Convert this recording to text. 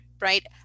right